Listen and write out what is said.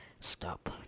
Stop